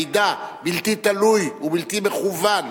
מידע בלתי תלוי ובלתי מכוון,